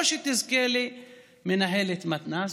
או שתזכה למנהלת מתנ"ס.